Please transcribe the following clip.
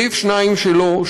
סעיף 2(א)